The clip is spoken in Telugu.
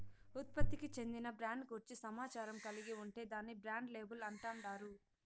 ఉత్పత్తికి చెందిన బ్రాండ్ గూర్చి సమాచారం కలిగి ఉంటే దాన్ని బ్రాండ్ లేబుల్ అంటాండారు